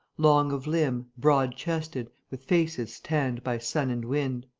long of limb, broad-chested, with faces tanned by sun and wind.